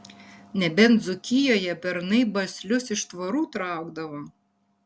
nebent dzūkijoje bernai baslius iš tvorų traukdavo